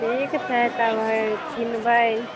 ठीक छै तब हइ किनबै